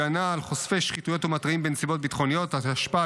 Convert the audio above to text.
הגנה על חושפי שחיתויות ומתריעים בנסיבות ביטחוניות) התשפ"ה